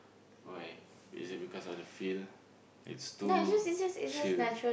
why is it because of the feel it's too chill